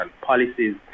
policies